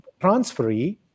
transferee